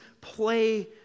play